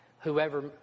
whoever